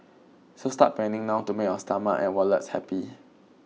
so start planning now to make your stomach and wallets happy